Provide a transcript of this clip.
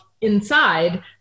inside